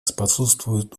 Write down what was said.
способствуют